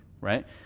right